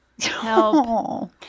Help